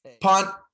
Punt